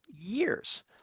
years